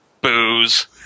Booze